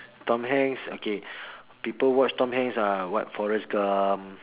Tom-Hanks okay people watch Tom-Hanks uh what Forrest-Gump